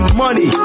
Money